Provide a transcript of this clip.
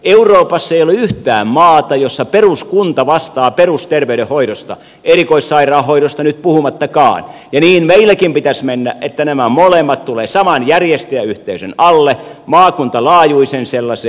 euroopassa ei ole yhtään maata jossa peruskunta vastaa perusterveydenhoidosta erikoissairaanhoidosta nyt puhumattakaan ja niin meilläkin pitäisi mennä että nämä molemmat tulevat saman järjestäjäyhteisön alle maakuntalaajuisen sellaisen